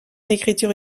écriture